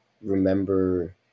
remember